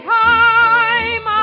time